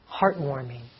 Heartwarming